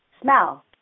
smell